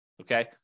Okay